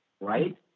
right